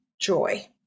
joy